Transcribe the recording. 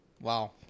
Wow